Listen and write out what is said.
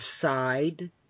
side